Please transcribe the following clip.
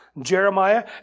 Jeremiah